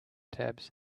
tabs